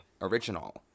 original